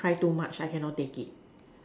cry too much I cannot take it